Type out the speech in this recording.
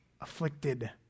afflicted